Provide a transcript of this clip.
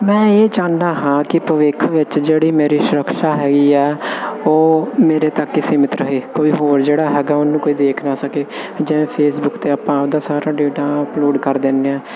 ਮੈਂ ਇਹ ਚਾਹੁੰਦਾ ਹਾਂ ਕਿ ਭਵਿੱਖ ਵਿੱਚ ਜਿਹੜੀ ਮੇਰੀ ਸੁਰੱਕਸ਼ਾ ਹੈਗੀ ਹੈ ਉਹ ਮੇਰੇ ਤੱਕ ਹੀ ਸੀਮਿਤ ਰਹੇ ਕੋਈ ਹੋਰ ਜਿਹੜਾ ਹੈਗਾ ਉਹਨੂੰ ਕੋਈ ਦੇਖ ਨਾ ਸਕੇ ਜਿਵੇਂ ਫੇਸਬੁਕ 'ਤੇ ਆਪਾਂ ਆਪਦਾ ਸਾਰਾ ਡੇਟਾ ਅਪਲੋਡ ਕਰ ਦਿੰਦੇ ਆ